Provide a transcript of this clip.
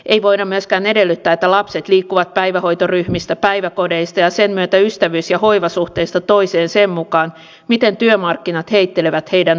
ei voida myöskään edellyttää että lapset liikkuvat päivähoitoryhmistä päiväkodeista ja sen myötä ystävyys ja hoivasuhteista toiseen sen mukaan miten työmarkkinat heittelevät heidän vanhempiaan